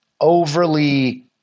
overly –